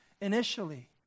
initially